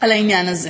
על העניין הזה.